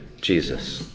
Jesus